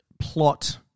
plot